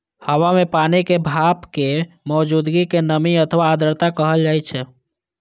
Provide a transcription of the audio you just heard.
हवा मे पानिक भापक मौजूदगी कें नमी अथवा आर्द्रता कहल जाइ छै